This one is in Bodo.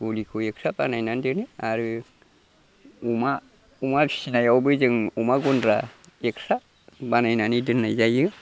गलिखौ एक्सट्रा बानायनानै दोनो आरो अमा अमा फिनायावबो जों अमा गुन्द्रा एक्सट्रा बानायनानै दोननाय जायो